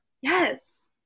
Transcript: Yes